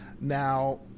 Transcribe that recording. Now